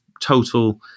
total